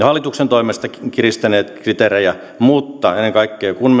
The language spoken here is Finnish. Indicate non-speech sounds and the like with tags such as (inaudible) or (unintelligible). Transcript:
(unintelligible) hallituksen toimesta kiristäneet kriteerejä mutta ennen kaikkea kun (unintelligible)